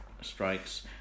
strikes